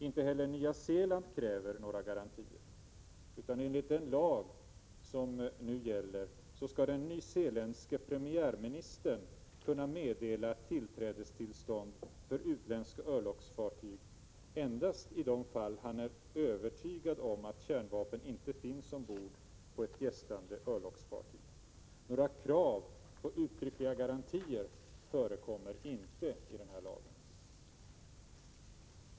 Inte heller Nya Zeeland kräver garantier, utan den nyzeeländska premiärministern skall enligt den lag som nu gäller kunna meddela tillträdestillstånd för utländska örlogsfartyg endast i de fall där han är övertygad om att kärnvapen inte finns ombord på ett gästande örlogsfartyg. Några krav eller uttryckliga garantier förekommer inte enligt denna lag.